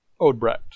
Odebrecht